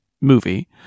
movie